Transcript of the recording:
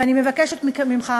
ואני מבקשת ממך,